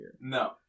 No